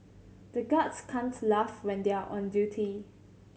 the guards can't laugh when they are on duty